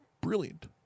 Brilliant